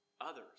others